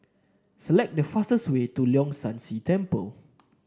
select the fastest way to Leong San See Temple